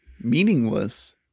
Meaningless